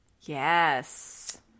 Yes